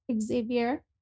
Xavier